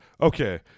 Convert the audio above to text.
Okay